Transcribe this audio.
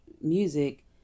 music